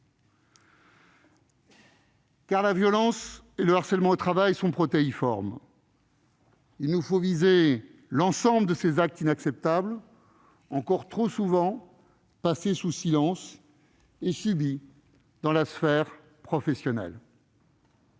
la violence et le harcèlement au travail sont protéiformes. Il nous faut viser l'ensemble de ces actes inacceptables, encore trop souvent passés sous silence et subis dans la sphère professionnelle.